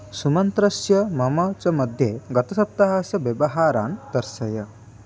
सुमन्त्रस्य मम च मध्ये गतसप्ताहस्य व्यवहारान् दर्शय